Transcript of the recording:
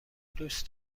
دوست